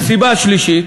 הסיבה השלישית,